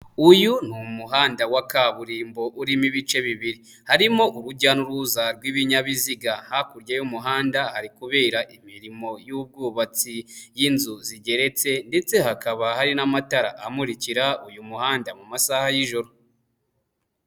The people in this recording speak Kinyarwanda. Uyu ni umuhanda wa kaburimbo urimo ibice bibiri, harimo urujya n'uruza rw'ibinyabiziga, hakurya y'uyu muhanda hari kubera imirimo y'ubwubatsi y'inzu zigeretse, ndetse hakaba hari n'amatara amukira uyu muhanda mu masaha y'ijoro.